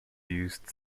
used